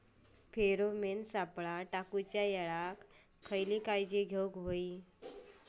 Pheromone सापळे टाकूच्या वेळी खयली काळजी घेवूक व्हयी?